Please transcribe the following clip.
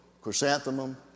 chrysanthemum